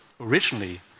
originally